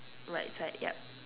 right side yup